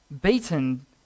beaten